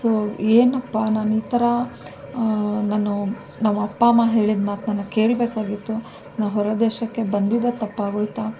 so ಏನಪ್ಪ ನಾನು ಈ ಥರ ನಾನು ನಮ್ಮ ಅಪ್ಪ ಅಮ್ಮ ಹೇಳಿದ ಮಾತನ್ನ ನಾನು ಕೇಳಬೇಕಾಗಿತ್ತು ನಾನು ಹೊರದೇಶಕ್ಕೆ ಬಂದಿದ್ದೇ ತಪ್ಪಾಗೋಯಿತಾ